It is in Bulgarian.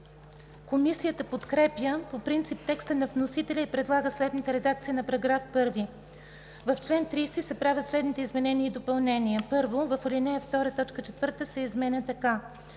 Комисията подкрепя по принцип текста на вносителя и предлага следната редакция на § 1: „§ 1. В чл. 30 се правят следните изменения и допълнения: 1. В ал. 2 т. 4 се изменя така: